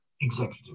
executive